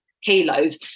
kilos